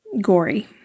gory